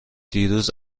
دیروز